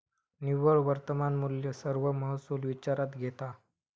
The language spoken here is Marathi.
निव्वळ वर्तमान मुल्य सर्व महसुल विचारात घेता